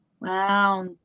wow